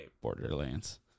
borderlands